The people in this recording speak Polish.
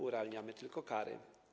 Urealniamy tylko kary.